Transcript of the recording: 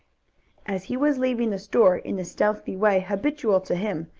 as he was leaving the store in the stealthy way habitual to him,